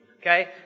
okay